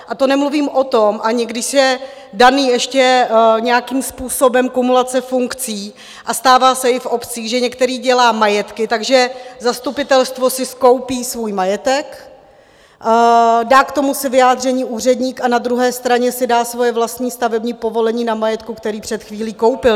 A to nemluvím o tom, když je dána ještě nějakým způsobem kumulace funkcí, a stává se i v obcích, že některý dělá majetky, takže zastupitelstvo si skoupí svůj majetek, dá k tomu své vyjádření úředník a na druhé straně si dá svoje vlastní stavební povolení na majetku, který před chvílí koupil.